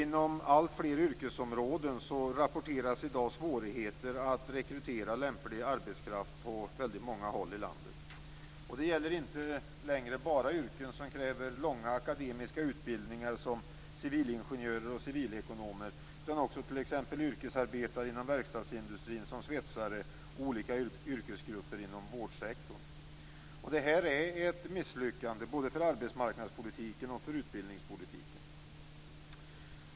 Inom alltfler yrkesområden rapporteras i dag svårigheter att rekrytera lämplig arbetskraft på många håll i landet. Det gäller inte längre bara yrken som kräver långa akademiska utbildningar som civilingenjörer och civilekonomer utan också t.ex. yrkesarbetare inom verkstadsindustrin som svetsare och olika yrkesgrupper inom vårdsektorn. Detta är ett misslyckande för både arbetsmarknadspolitiken och för utbildningspolitiken.